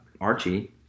Archie